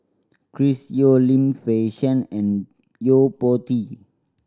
Chris Yeo Lim Fei Shen and Yo Po Tee